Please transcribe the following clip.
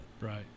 right